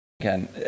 Again